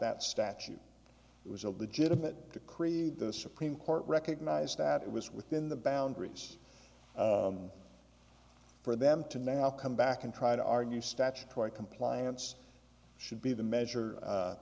that statute was a legitimate to create the supreme court recognized that it was within the boundaries for them to now come back and try to argue statutory compliance should be the measure